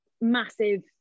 massive